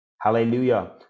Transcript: hallelujah